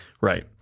Right